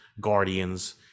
Guardians